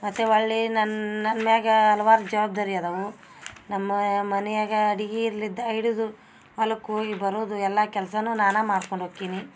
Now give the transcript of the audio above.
ಮತ್ತು ಒಳ್ಳೆಯ ನನ್ನ ನನ್ನ ಮ್ಯಾಗ ಹಲವಾರು ಜವಾಬ್ದಾರಿ ಅದವು ನಮ್ಮ ಮನೆಯಾಗ ಅಡಿಗಿಯಲ್ಲಿದ್ದ ಹಿಡಿದು ಹೊಲಕ್ಕೆ ಹೋಗಿ ಬರುದು ಎಲ್ಲಾ ಕೆಲಸನು ನಾನು ಮಾಡ್ಕೊಂಡು ಹೋಕ್ಕಿನಿ